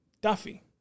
Duffy